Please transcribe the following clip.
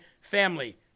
family